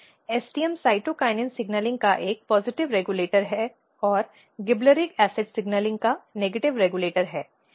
STM cytokinin signalling का एक positive regulator और गिबरेलिक एसिड सिग्नलिंग का नेगेटिव रेगुलेटर है